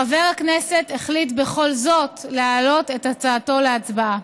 חבר הכנסת החליט בכל זאת להעלות את הצעתו להצבעה.